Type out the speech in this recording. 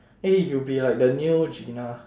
eh you'll be like the new gina